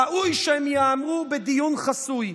ראוי שהם ייאמרו בדיון חסוי.